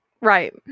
Right